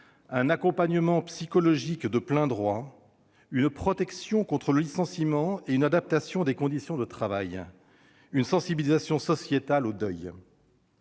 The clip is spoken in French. un accompagnement psychologique de plein droit, une protection contre le licenciement et une adaptation des conditions de travail, une sensibilisation sociétale au deuil.